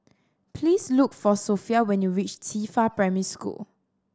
please look for Sophia when you reach Qifa Primary School